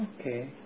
Okay